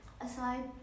aside